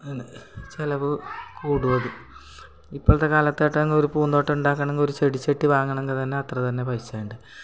അതിൽ ചിലവ് കൂടുവത് ഇപ്പോഴത്തെ കാലത്തട്ടാകുമ്പോൾ ഒരു പൂന്തോട്ടണ്ടാകണമെങ്കിൽ ഒരു ചെടിച്ചട്ടി വാങ്ങണങ്കിൽ തന്നെ അത്ര തന്നെ പൈസയുണ്ട്